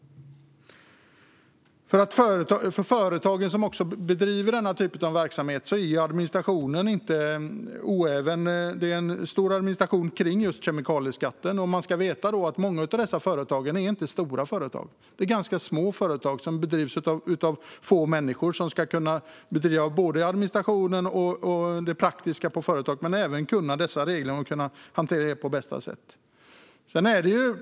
För de företag som bedriver denna typ av verksamhet är det en stor administration kring kemikalieskatten. Många av dessa företag är små och drivs av få människor, som ska klara administrationen och det praktiska på företaget men även kunna dessa regler och kunna hantera dem på bästa sätt.